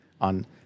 on